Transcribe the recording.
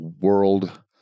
world